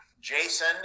Jason